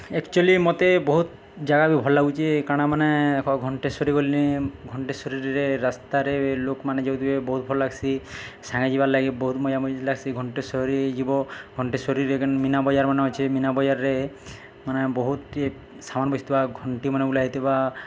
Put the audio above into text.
actually ମତେ ବହୁତ୍ ଜାଗା ବି ଭଲ୍ ଲାଗୁଚେ କାଣା ମାନେ ଦେଖ ଘଣ୍ଟେଶ୍ଵରୀ ଗଲି ଘଣ୍ଟେଶ୍ଵରୀରେ ରାସ୍ତାରେ ଲୋକ୍ମାନେ ଯାଉଥିବେ ବହୁତ୍ ଭଲ୍ ଲାଗ୍ସି ସାଙ୍ଗେ ଯିବାର୍ ଲାଗି ବହୁତ୍ ମଜା ମଜଲିସ୍ ଲାଗ୍ସି ଘଣ୍ଟେଶ୍ଵରୀ ଯିବ ଘଣ୍ଟେଶ୍ଵରୀରେ ମିନାବଜାର୍ମାନେ ଅଛେ ମିନାବଜାର୍ରେ ମାନେ ବହୁତଟେ ସାମାନ୍ ବସିଥିବା ଘଣ୍ଟିମାନେ ଉଲାହେଇଥିବା